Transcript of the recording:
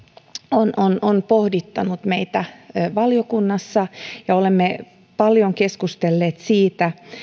on on pohdituttanut meitä valiokunnassa ja olemme paljon keskustelleet siitä